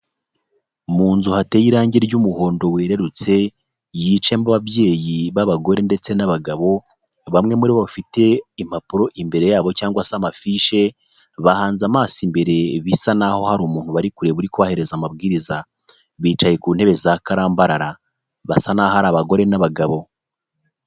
Mu nzu hateye irange ry'umuhondo wererutse, yicayemo ababyeyi b'abagore ndetse n'abagabo, bamwe muri bo bafite impapuro imbere yabo cyangwa se amafishe, bahanze amaso imbere bisa naho hari umuntu bari kureba uri kubahereza amabwiriza, bicaye ku ntebe za karambarara, basa naho ari abagore n'abagabo.